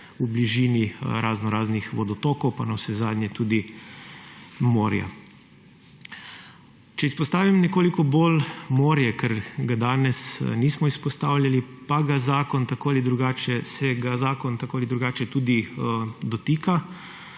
v bližini raznoraznih vodotokov pa navsezadnje tudi morja. Če izpostavim nekoliko bolj morje, ker ga danes nismo izpostavljali, pa se ga zakon tako ali drugače tudi dotika,